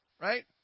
Right